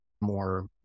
more